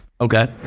Okay